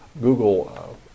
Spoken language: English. Google